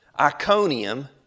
Iconium